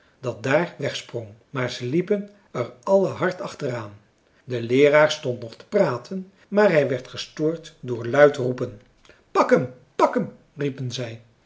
dat daar weg sprong maar ze liepen er alle hard achteraan de leeraar stond nog te praten maar hij werd gestoord door luid roepen pak hem pak hem riepen zij